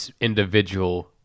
individual